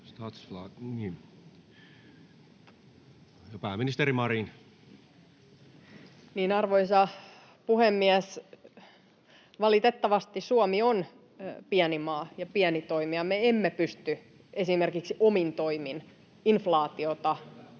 Content: Arvoisa puhemies! Valitettavasti Suomi on pieni maa ja pieni toimija. Me emme pysty omin toimin esimerkiksi inflaatiota taittamaan.